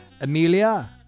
Amelia